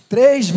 Três